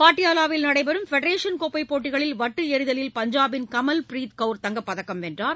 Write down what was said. பாட்டியாலாவில் நடைபெறும் ஃபெடரேசன் கோப்பைபோட்டிகளில் வட்டுஎறிதலில் பஞ்சாபின் கமல் ப்ரீத் கவர் தங்கப்பதக்கம் வென்றார்